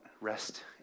rest